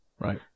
Right